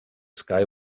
sky